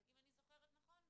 אם אני זוכרת נכון?